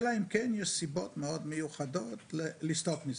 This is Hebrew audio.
אלא אם כן יש סיבות מאוד מיוחדות לסטות מזה.